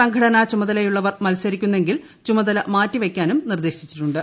സംഘടന ചുമതലയുള്ളവർ മത്സരിക്കുന്നെങ്കിൽ ചുമതല മാറ്റിവയ്ക്കാനും നിർദ്ദേശിച്ചിട്ടുണ്ട്